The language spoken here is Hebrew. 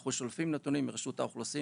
אנחנו שולפים נתונים מרשות האוכלוסין